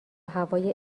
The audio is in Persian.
هوای